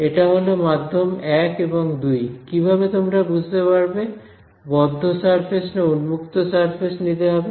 এটা হল মাধ্যম 1 এবং 2 কিভাবে তোমরা বুঝতে পারবে বদ্ধ সারফেস না উন্মুক্ত সারফেস নিতে হবে